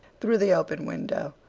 through the open window,